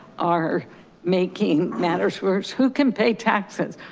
are making matters worse. who can pay taxes?